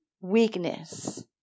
weakness